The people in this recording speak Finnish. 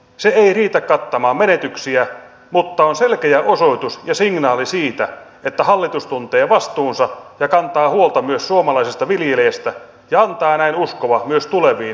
se ei riitä kattamaan menetyksiä mutta on selkeä osoitus ja signaali siitä että hallitus tuntee vastuunsa ja kantaa huolta myös suomalaisesta viljelijästä ja antaa näin uskoa myös tuleviin kasvukausiin